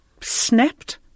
snapped